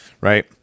Right